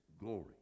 glory